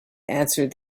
answered